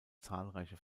zahlreiche